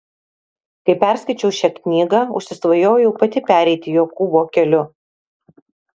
kai perskaičiau šią knygą užsisvajojau pati pereiti jokūbo keliu